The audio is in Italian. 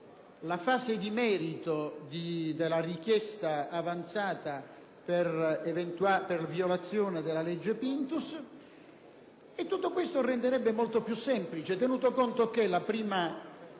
la fase di merito della richiesta avanzata per violazione della legge Pinto e tutto ciò renderebbe molto più semplice l'*iter*, tenuto conto che la prima